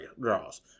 draws